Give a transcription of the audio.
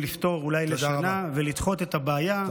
אולי לשנה לדחות את הבעיה,